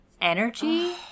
energy